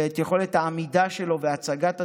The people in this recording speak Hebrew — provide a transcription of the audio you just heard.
ומה יכולת העמידה שלו והצגת הדברים?